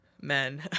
Men